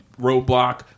roadblock